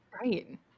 Right